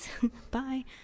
Bye